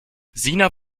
sina